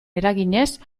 eraginez